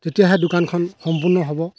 তেতিয়াহে দোকনখন সম্পূৰ্ণ হ'ব